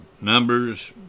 Numbers